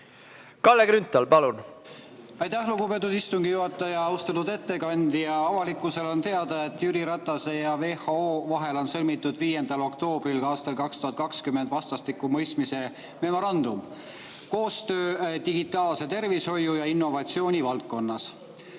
Kalle Grünthal, palun! Aitäh, lugupeetud istungi juhataja! Austatud ettekandja! Avalikkusele on teada, et Jüri Ratase ja WHO vahel on sõlmitud 5. oktoobril aastal 2020 vastastikuse mõistmise memorandum koostöö, digitaalse tervishoiu ja innovatsiooni valdkonnas.